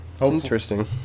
Interesting